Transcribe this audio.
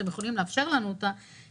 אתם יכולים לאפשר לנו אותו,